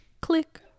Click